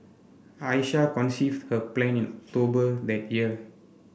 Aisha conceived her plan in October that year